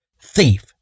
thief